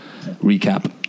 recap